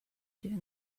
doing